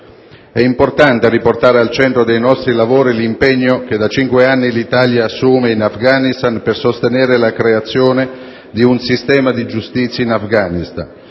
È importante riportare al centro dei nostri lavori l'impegno che da cinque anni l'Italia assume in Afghanistan per sostenere la creazione di un sistema di giustizia.